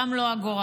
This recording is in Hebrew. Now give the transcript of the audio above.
גם לא הגורל